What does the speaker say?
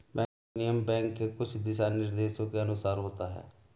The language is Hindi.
बैंक विनिमय बैंक के कुछ दिशानिर्देशों के अनुसार होता है